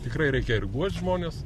tikrai reikia ribuot žmones